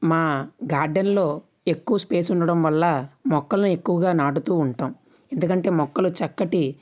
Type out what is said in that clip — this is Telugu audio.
మా గార్డెన్లో ఎక్కువ స్పేస్ ఉండడం వల్ల మొక్కల్ని ఎక్కువగా నాటుతూ ఉంటాం ఎందుకంటే మొక్కలు చక్కటి